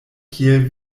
kiel